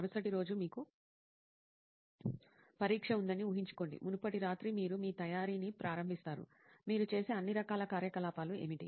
మరుసటి రోజు మీకు పరీక్ష ఉందని ఊహించుకోండి మునుపటి రాత్రి మీరు మీ తయారీని ప్రారంభిస్తారు మీరు చేసే అన్ని రకాల కార్యకలాపాలు ఏమిటి